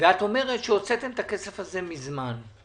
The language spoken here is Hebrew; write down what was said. ואת אומרת שהוצאתם את הכסף הזה מזמן.